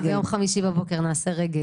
אני איתך, אבי, ביום חמישי ונעשה רגל.